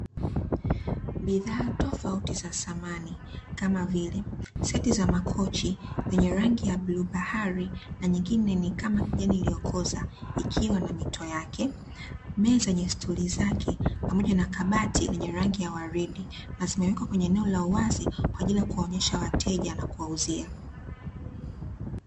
Bidhaa tofauti za samani kama vile seti za makochi yenye rangi ya bluu bahari na nyingine ni kama kijani iliyokoza ikiwa na mito yake, meza zenye stuli zake pamoja na kabati yenye rangi wa waridi na zimewekwa katika eneo la wazi kwa ajili kuwaonesha wateja na kuwauzia.